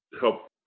help